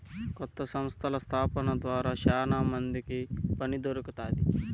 కొత్త సంస్థల స్థాపన ద్వారా శ్యానా మందికి పని దొరుకుతాది